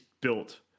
built